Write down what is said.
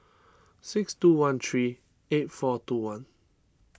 six two one three eight four two one